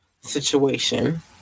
situation